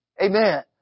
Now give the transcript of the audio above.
Amen